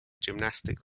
gymnastics